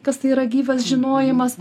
kas tai yra gyvas žinojimas